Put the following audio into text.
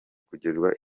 kugezwa